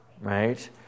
right